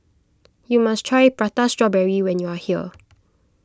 you must try Prata Strawberry when you are here